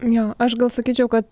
jo aš gal sakyčiau kad